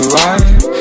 life